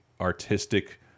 artistic